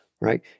Right